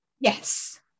Yes